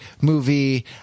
movie